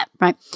right